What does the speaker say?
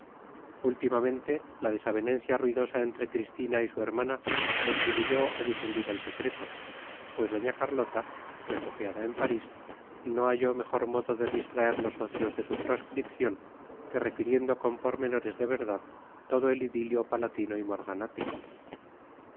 últimamente la desavenencia ruidosa entre cristina y su hermana contribuyó a difundir el secreto pues doña carlota refugiada en parís no halló mejor modo de distraer los ocios de su proscripción que refiriendo con pormenores de verdad todo el idilio palatino y